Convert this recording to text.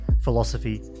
philosophy